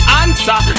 answer